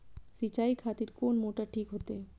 सीचाई खातिर कोन मोटर ठीक होते?